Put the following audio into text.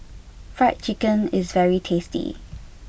Fried Chicken is very tasty